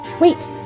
Wait